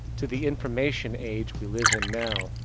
to the information age we live in now,